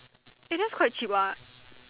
eh that's quite cheap what